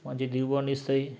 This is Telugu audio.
మంచి దిగుబడిని ఇస్తాయి